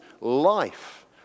life